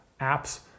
apps